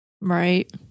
Right